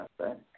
okay